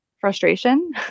frustration